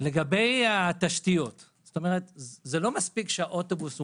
לגבי התשתיות: לא מספיק שהאוטובוס מונגש,